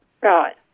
Right